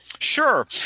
Sure